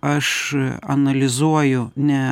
aš analizuoju ne